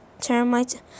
termites